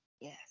Yes